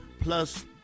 plus